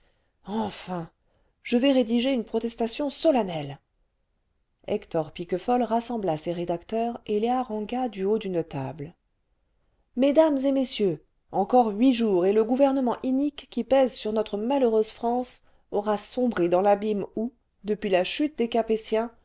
enfin je vais rédiger une protestation solennelle hector piquefol rassembla ses rédacteurs et les harangua du haut d'une table mesdames et messieurs encore huit jours et le gouvernement inique qui pèse sur notre malheureuse france aura sombré dans l'abîme où depuis la chute des capétiens